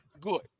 good